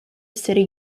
city